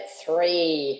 three